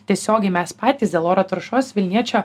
tiesiogiai mes patys dėl oro taršos vilniečio